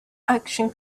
action